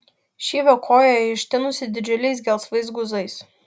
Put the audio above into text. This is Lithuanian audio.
šyvio koja ištinusi didžiuliais gelsvais guzais